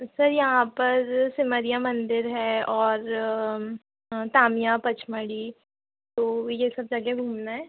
sir यहाँ पर सिमरिया मंदिर है और तामिया पचमढ़ी तो ये सब जगह घूमना है